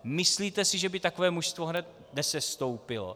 Myslíte si, že by takové mužstvo hned nesestoupilo?